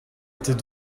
était